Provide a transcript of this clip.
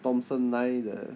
thomson line the